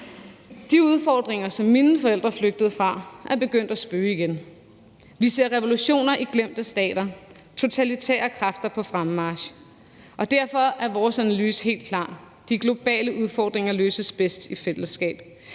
De udfordringer, som mine forældre flygtede fra, er begyndt at spøge igen. Vi ser revolutioner i glemte stater og totalitære kræfter på fremmarch. Derfor er vores analyse helt klar: De globale udfordringer løses bedst i fællesskab.